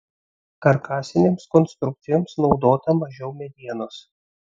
karkasinėms konstrukcijoms naudota mažiau medienos